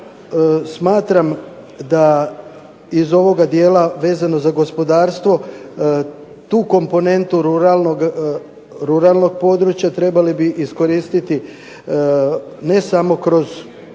smatram da iz ovoga dijela vezano za gospodarstvo tu komponentu ruralnog područja trebali bi iskoristiti ne samo kroz